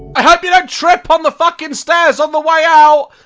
i hope you dont trip on the fuckin stairs on the way out